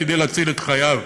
כדי להציל את חייו.